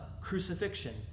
crucifixion